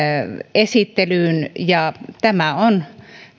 esittelyyn ja tämä on